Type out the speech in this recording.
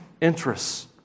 interests